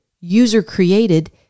user-created